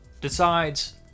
decides